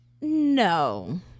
No